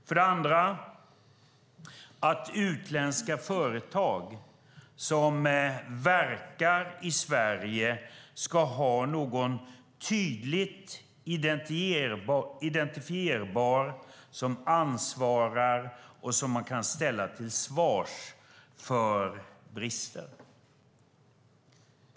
För det andra att utländska företag som verkar i Sverige ska ha någon tydligt identifierbar som ansvarar och som man kan ställa till svars för brister.